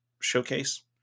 showcase